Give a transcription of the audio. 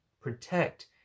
protect